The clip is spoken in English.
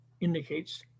indicates